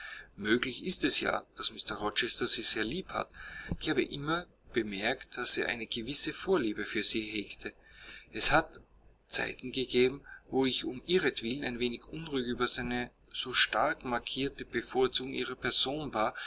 möglich ist es ja daß mr rochester sie sehr lieb hat ich habe immer bemerkt daß er eine gewisse vorliebe für sie hegte es hat zeiten gegeben wo ich um ihretwillen ein wenig unruhig über seine so stark markierte bevorzugung ihrer person war